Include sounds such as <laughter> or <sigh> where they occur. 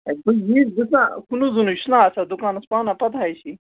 <unintelligible> کُنُے زُنُے چھِنہٕ آسان دُکانَس پانَس پَتہَے چھی